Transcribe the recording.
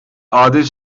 adil